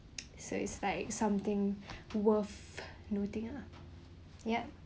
I like the top tier so it's like something worth noting uh yup